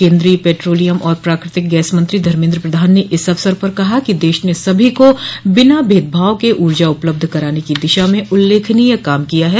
केन्द्रीय पैट्रोलियम और प्राकृतिक गैस मंत्री धर्मेन्द्र प्रधान ने इस अवसर पर कहा कि देश ने सभी को बिना भेदभाव के ऊर्जा उपलब्ध कराने की दिशा में उल्लेखनीय काम किया है